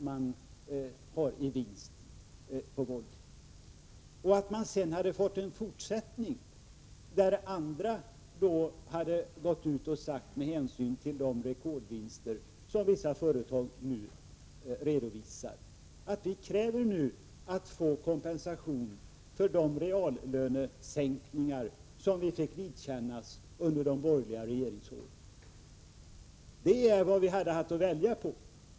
Det kunde ha fortsatt med att andra hade gått ut och sagt att med hänsyn till de rekordvinster som vissa företag redovisar kräver de att få kompensation för de reallönesänkningar som de fick vidkännas under de borgerliga regeringsåren. Det var vårt alternativ.